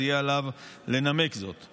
אז יהיה עליו לנמק זאת.